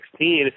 2016